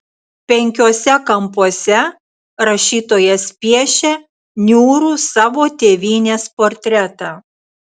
penkiuose kampuose rašytojas piešia niūrų savo tėvynės portretą